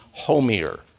homier